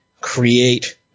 create